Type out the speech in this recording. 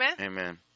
Amen